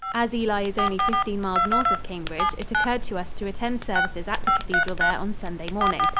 as ely is only fifteen miles north of cambridge, it occurred to us to attend services at the cathedral there on sunday morning.